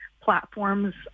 platforms